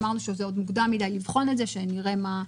אמרנו שעוד מוקדם מדי לבחון את זה, שנראה מה יקרה.